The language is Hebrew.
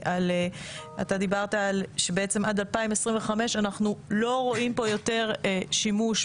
אתה דיברת שעד 2025 אנחנו לא רואים פה יותר שימוש,